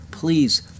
Please